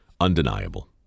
undeniable